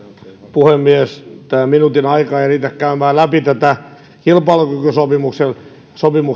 puhemies minuutin aika ei riitä käymään läpi kilpailukykysopimuksen